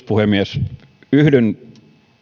puhemies yhdyn